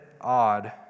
odd